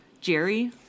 Jerry